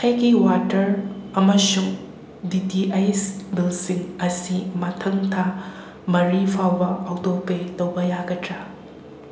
ꯑꯩꯒꯤ ꯋꯥꯇꯔ ꯑꯃꯁꯨꯡ D T H ꯕꯤꯜꯁꯤꯡ ꯑꯁꯤ ꯃꯊꯪ ꯊꯥ ꯃꯔꯤ ꯐꯥꯎꯕ ꯑꯣꯇꯣ ꯄꯦ ꯇꯧꯕ ꯌꯥꯒꯗ꯭ꯔꯥ